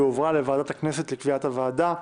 והועברה לוועדת הכנסת לקביעת הוועדה.